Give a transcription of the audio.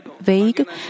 vague